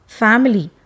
family